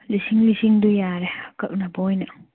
ꯂꯤꯁꯤꯡ ꯂꯤꯁꯤꯡꯗꯨ ꯌꯥꯔꯦ ꯑꯀꯛꯅꯕ ꯑꯣꯏꯅ